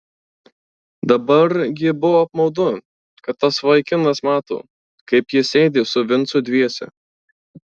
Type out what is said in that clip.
dabar gi buvo apmaudu kad tas vaikinas mato kaip jie sėdi su vincu dviese